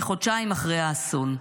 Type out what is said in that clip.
כחודשיים אחרי האסון.